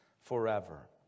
forever